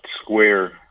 Square